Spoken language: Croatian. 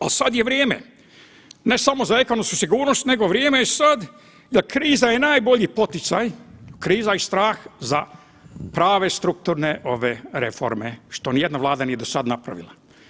A sad je vrijeme ne samo za ekonomsku sigurnost nego je vrijeme sad kriza je najbolji poticaj, kriza i strah za prave strukturne reforme, što nijedna vlada nije do sada napravila.